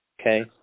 Okay